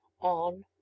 On